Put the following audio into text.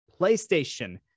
PlayStation